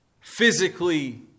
physically